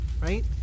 right